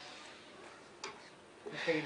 בזה.